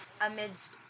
amidst